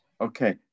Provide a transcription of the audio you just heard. Okay